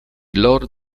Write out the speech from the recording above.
lord